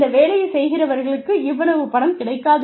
இந்த வேலையைச் செய்கிறவர்களுக்கு இவ்வளவு பணம் கிடைக்காது